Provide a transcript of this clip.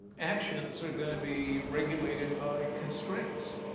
actions are going to be regulated by constraints.